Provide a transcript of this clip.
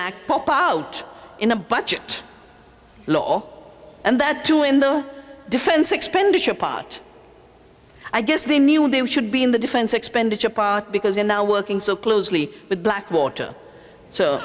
act pop out in a budget law and that too in the defense expenditure part i guess the new there should be in the defense expenditure part because they're now working so closely with blackwater so